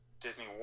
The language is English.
Disney